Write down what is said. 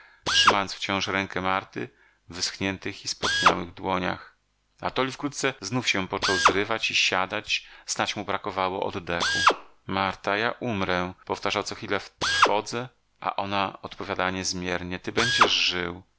trzymając wciąż rękę marty w wyschniętych i spotniałych dłoniach atoli wkrótce znów się począł zrywać i siadać snadź mu brakowało oddechu marta ja umrę powtarzał co chwila w trwodze a ona odpowiadała niezmiennie ty będziesz żył